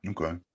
Okay